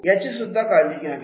याची सुद्धा काळजी घ्यावी